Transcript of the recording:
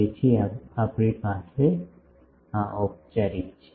તેથી અમારી પાસે ઓઉપચારિક છે